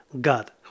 God